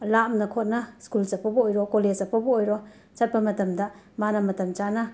ꯂꯥꯞꯅ ꯈꯣꯠꯅ ꯁ꯭ꯀꯨꯜ ꯆꯠꯄꯕꯨ ꯑꯣꯏꯔꯣ ꯀꯣꯂꯦꯁ ꯆꯠꯄꯕꯨ ꯑꯣꯏꯔꯣ ꯆꯠꯄ ꯃꯇꯝꯗ ꯃꯥꯅ ꯃꯇꯝ ꯆꯥꯅ